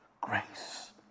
grace